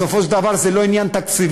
בסופו של דבר, זה לא עניין תקציבי.